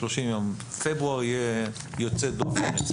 פברואר יהיה אצלכם יוצא דופן.